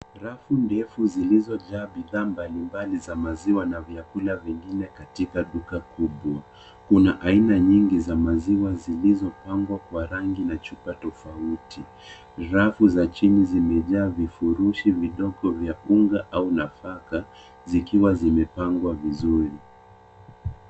Rafu ndefu zilizojaa bidhaa mbalimbali za maziwa na vyakula vingine katika duka kubwa. Kuna aina nyingi za maziwa zilizopangwa kwa rangi na chupa tofauti. Rafu za chini zimejaa vifurushi vidogo vya unga au nafaka zikiwa zimepangwa vizuri.